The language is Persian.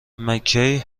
مککی